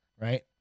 right